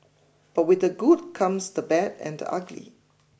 but with the good comes the bad and the ugly